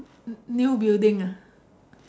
new building ah